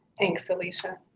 thanks, alicia.